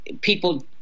people